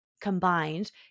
combined